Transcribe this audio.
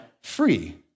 free